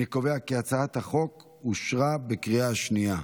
אני קובע כי הצעת החוק אושרה בקריאה השנייה.